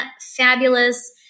fabulous